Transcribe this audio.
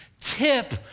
tip